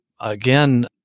again